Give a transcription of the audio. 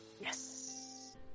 yes